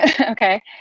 Okay